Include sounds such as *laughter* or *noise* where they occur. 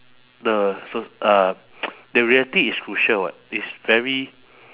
the s~ uh *noise* the reality is cruel [what] it's very